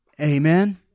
Amen